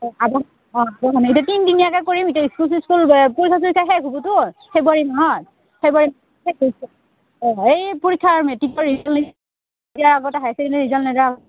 এতি তিনদিনীয়াকে কৰিম এতিয়া স্কুল চিস্কুল পৰীক্ষা চৰীক্ষা শেষ হ'বতো ফেব্ৰুৱাৰী মাহত ফেব্ৰুৱাৰী অঁ এই ৰিজাল্টৰ